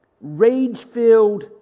rage-filled